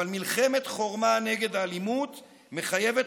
אבל מלחמת חורמה נגד האלימות מחייבת